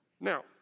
Now